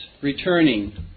returning